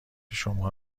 شما